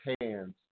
hands